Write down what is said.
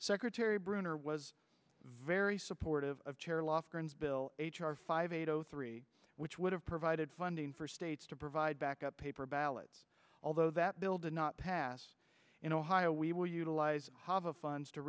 secretary bruner was very supportive of bill h r five eight zero three which would have provided funding for states to provide backup paper ballots although that bill did not pass in ohio we will utilize the funds to